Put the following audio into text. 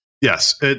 Yes